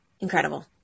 incredible